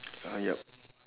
ah yup